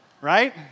right